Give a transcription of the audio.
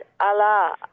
Allah